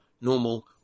normal